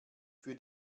für